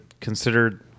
considered